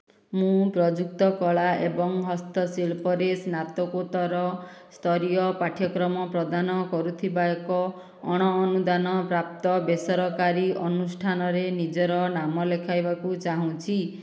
ମୁଁ ପ୍ରଯୁକ୍ତ କଳା ଏବଂ ହସ୍ତଶିଳ୍ପରେ ସ୍ନାତକୋତ୍ତର ସ୍ତରୀୟ ପାଠ୍ୟକ୍ରମ ପ୍ରଦାନ କରୁଥିବା ଏକ ଅଣ ଅନୁଦାନପ୍ରାପ୍ତ ବେସରକାରୀ ଅନୁଷ୍ଠାନରେ ନିଜର ନାମ ଲେଖାଇବାକୁ ଚାହୁଁଛି